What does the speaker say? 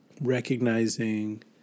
recognizing